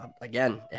Again